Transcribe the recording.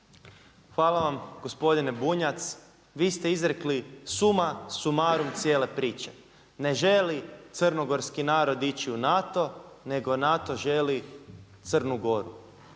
Hvala vam gospodine Bunjac. Vi ste izrekli summa summarum cijele priče. Ne želi crnogorski narod ići u NATO, nego NATO želi Crnu Goru.